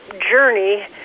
journey